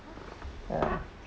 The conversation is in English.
uh